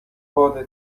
باد